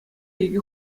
икӗ